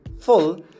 full